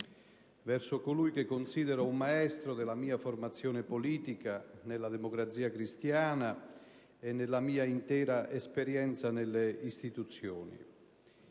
verso colui che considero un maestro della mia formazione politica nella Democrazia cristiana e nella mia intera esperienza nelle istituzioni.